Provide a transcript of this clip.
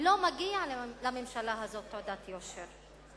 ולא מגיע לממשלה הזאת תעודת יושר.